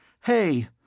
Hey